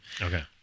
Okay